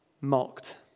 mocked